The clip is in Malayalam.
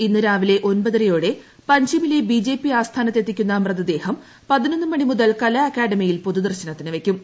ഇന്ന് രാവിലെ ഒൻപതുരിയോടെ പഞ്ചിമിലെ ബിജെപി ആസ്ഥാനത്ത് എത്തിക്കുന്നു മൃതദ്ദേഹം പതിനൊന്ന് മണി മുതൽ കലാ അക്കാഡമിയിൽ പ്പൊതുദർശനത്തിന് വയ്ക്കും